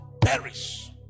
perish